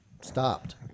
stopped